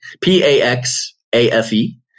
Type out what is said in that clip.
P-A-X-A-F-E